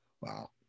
Wow